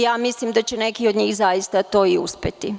Ja mislim da će neki od njih zaista to i uspeti.